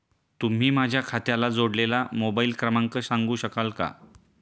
तुम्ही माझ्या खात्याला जोडलेला मोबाइल क्रमांक सांगू शकाल का?